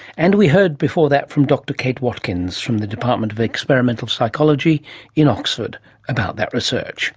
and we heard before that from dr kate watkins from the department of experimental psychology in oxford about that research